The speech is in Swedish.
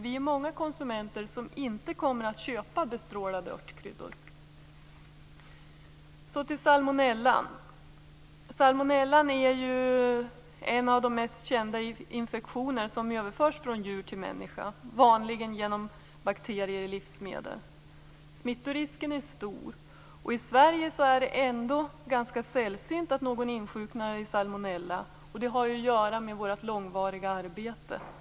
Vi är många konsumenter som inte kommer att köpa bestrålade örtkryddor. Sedan skall jag ta upp frågan om salmonella. Salmonellan är ju en av de mest kända infektioner som överförs från djur till människor, vanligen genom bakterier i livsmedel. Smittorisken är stor. I Sverige är det ändå ganska sällsynt att någon insjuknar i salmonella. Det har att göra med vårt långvariga arbete på området.